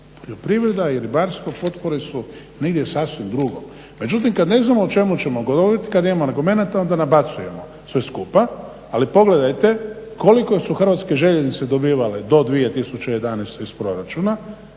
Poljoprivreda i ribarstvo potpore su negdje sasvim drugo. Međutim, kad ne znamo o čemu ćemo govoriti, kad imamo argumenata onda nabacujemo sve skupa. Ali pogledajte koliko su Hrvatske željeznice dobivale do 2011. iz proračuna,